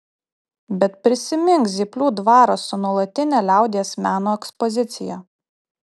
bet prisimink zyplių dvarą su nuolatine liaudies meno ekspozicija